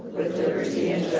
liberty and